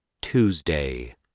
Tuesday